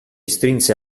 strinse